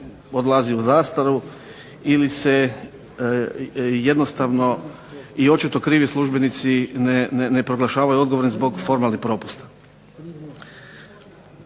odlazi u zastaru ili se jednostavno i očito krivi službenici ne proglašavaju odgovornim zbog formalnih propusta.